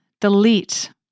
Delete